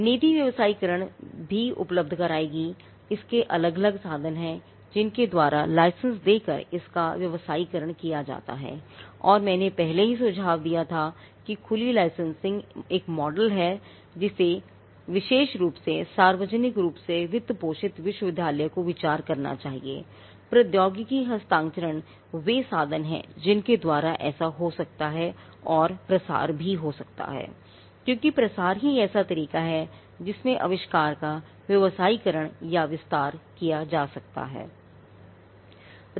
नीति व्यवसायीकरण भी उपलब्ध कराएगी इसके अलग अलग साधन हैं जिनके द्वारा इसे लाइसेंस देकर इसका व्यवसायीकरण किया जा सकता है और मैंने पहले ही सुझाव दिया था कि खुली लाइसेंसिंग एक मॉडल है जिसे विशेष रूप से सार्वजनिक रूप से वित्त पोषित विश्वविद्यालय को विचार करना चाहिए प्रौद्योगिकी हस्तांतरण वे साधन हैं जिनके द्वारा ऐसा हो सकता है और प्रसार भी हो सकता है क्योंकि प्रसार ही एक ऐसा तरीका है जिसमें आविष्कार का व्यवसायीकरण या विस्तार किया जा सकता है